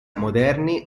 moderni